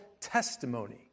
testimony